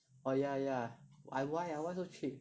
oh yeah yeah ah why ah why so cheap